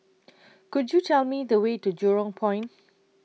Could YOU Tell Me The Way to Jurong Point